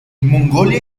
mongolia